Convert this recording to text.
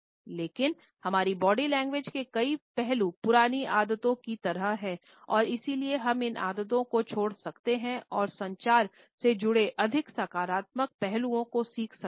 लेकिन हमारी body language के कई पहलू पुरानी आदतों की तरह हैं और इसलिए हम इन आदतों को छोड़ सकते हैं और संचार से जुड़े अधिक सकारात्मक पहलुओं को सीख सकते हैं